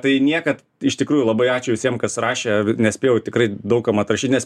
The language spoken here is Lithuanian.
tai niekad iš tikrųjų labai ačiū visiem kas rašė nespėjau tikrai daug kam atrašyt nes